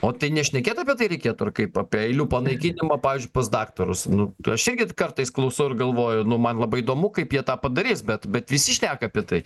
o tai nešnekėt apie tai reikėtų ar kaip apie eilių panaikinimą pavyzdžiui pas daktarus nu aš irgi kartais klausau ir galvoju nu man labai įdomu kaip jie tą padarys bet bet visi šneka apie tai